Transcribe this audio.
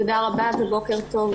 תודה רבה ובוקר טוב,